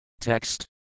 Text